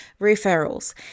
referrals